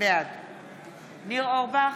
בעד ניר אורבך,